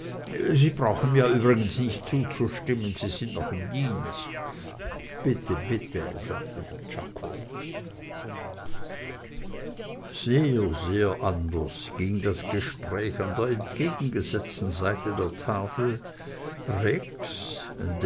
sie brauchen mir übrigens nicht zuzustimmen denn sie sind noch im dienst bitte bitte sagte czako sehr sehr anders ging das gespräch an der entgegengesetzten seite der tafel rex